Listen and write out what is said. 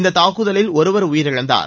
இந்த தாக்குதலில் ஒருவர் உயிரிழந்தார்